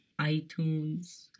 iTunes